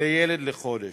לילד לחודש.